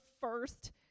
first